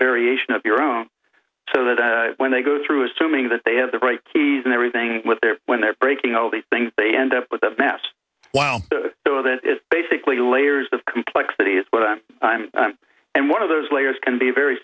variation of your own so that when they go through assuming that they have the right keys and everything with their when they're breaking all these things they end up with a mass that is basically layers of complexity is what i am and one of those layers can be a very